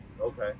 Okay